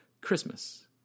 Christmas